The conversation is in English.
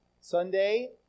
Sunday